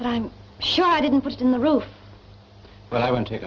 yes i'm sure i didn't put it in the roof but i want to